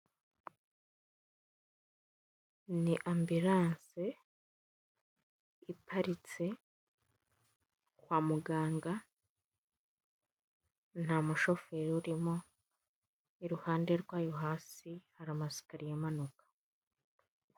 Ni amburanse iparitse kwa muganga nta mushoferi urimo ,iruhande rwayo hasi hari amayesikariye amanuka.